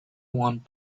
want